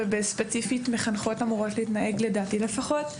וספציפית מחנכות אמורות להתנהג לדעתי לפחות.